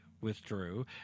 withdrew